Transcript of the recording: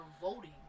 voting